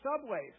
subways